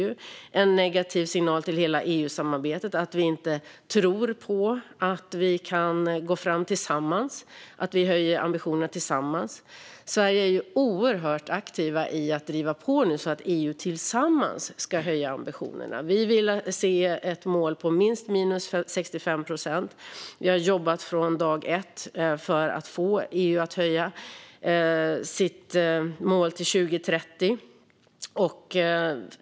Det vore en negativ signal till hela EU-samarbetet att vi inte tror att vi kan gå fram tillsammans och höja ambitionerna tillsammans. Sverige är oerhört aktivt i att driva på så att EU tillsammans ska höja ambitionerna. Vi vill se ett mål på minst minus 65 procent, och vi har från dag ett jobbat på att få EU att höja sitt mål till 2030.